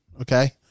Okay